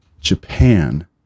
japan